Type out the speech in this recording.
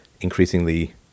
increasingly